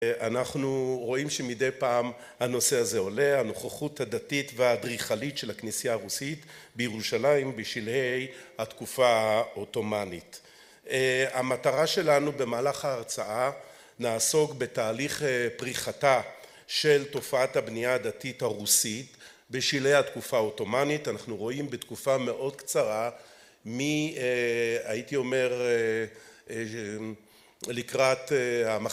אנחנו רואים שמדי פעם הנושא הזה עולה, הנוכחות הדתית והאדריכלית של הכנסייה הרוסית בירושלים בשלהי התקופה האוטומאנית. המטרה שלנו במהלך ההרצאה נעסוק בתהליך פריחתה של תופעת הבנייה הדתית הרוסית בשלהי התקופה האוטומאנית. אנחנו רואים בתקופה מאוד קצרה מ... הייתי אומר לקראת המחקר.